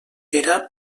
era